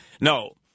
No